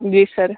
जी sir